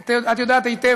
שאת יודעת היטב,